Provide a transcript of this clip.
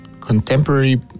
contemporary